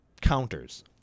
counters